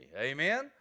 Amen